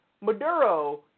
Maduro